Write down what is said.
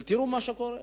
אבל תראו מה שקורה.